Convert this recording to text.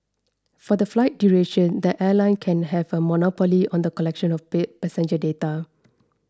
for the flight duration the airline can have a monopoly on the collection of pay passenger data